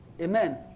Amen